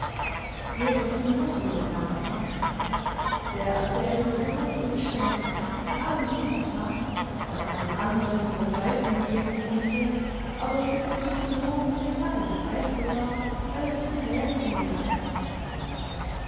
petersen musste noch mal heran der erzählte so nett umständlich mit allem drum und dran was einen andern zur verzweiflung bringen musste aber für den psychologen gerade das rechte war weil es ihm fäden in die hand gab